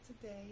today